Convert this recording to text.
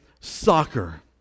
soccer